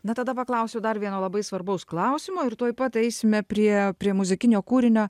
na tada paklausiu dar vieno labai svarbaus klausimo ir tuoj pat eisime prie prie muzikinio kūrinio